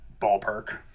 Ballpark